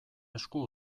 esku